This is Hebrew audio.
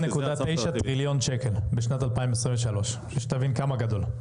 1.9 טריליון שקל בשנת 2023. שתבין כמה גדול.